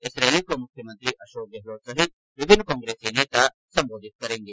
इस रैली को मुख्यमंत्री अशोक गहलोत सहित विभिन्न कांग्रेसी नेता संबोधित करेंगे